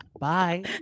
Bye